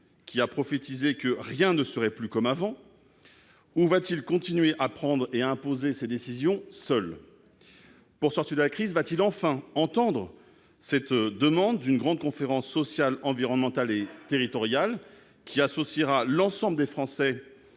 qui a prophétisé que « rien ne sera plus comme avant », ou va-t-il continuer à prendre et à imposer ses décisions seul ? Pour sortir de la crise, va-t-il enfin entendre la demande d'une grande conférence sociale, environnementale et territoriale associant l'ensemble des Français